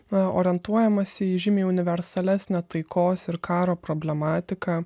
a orientuojamasi į žymiai universalesnio taikos ir karo problematiką